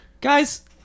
Guys